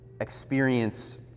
experience